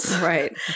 Right